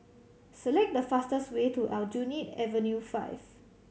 select the fastest way to Aljunied Avenue Five